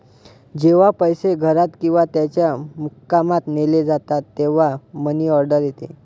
जेव्हा पैसे घरात किंवा त्याच्या मुक्कामात नेले जातात तेव्हा मनी ऑर्डर येते